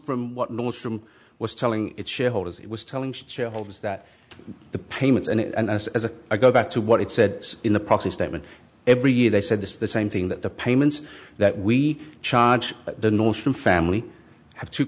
from what most from was telling its shareholders it was telling shareholders that the payments and as i go back to what it said in the proxy statement every year they said the same thing that the payments that we charge but the notion family have two